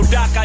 Doc